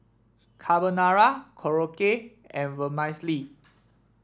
Carbonara Korokke and Vermicelli